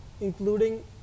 including